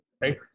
right